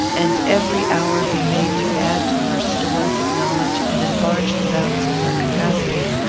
and every hour be made to add to her stores of knowledge and enlarge the bounds of her capacity.